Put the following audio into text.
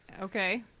Okay